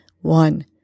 One